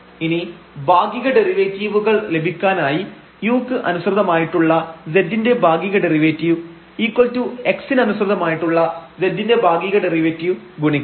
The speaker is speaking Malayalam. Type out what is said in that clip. ഇനി ഭാഗിക ഡെറിവേറ്റീവുകൾ ലഭിക്കാനായി u ക്ക് അനുസൃതമായിട്ടുള്ള z ന്റെ ഭാഗിക ഡെറിവേറ്റീവ് x ന് അനുസൃതമായിട്ടുള്ള z ന്റെ ഭാഗിക ഡെറിവേറ്റീവ് ഗുണിക്കണം